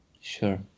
sure